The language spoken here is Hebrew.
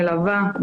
מלווה,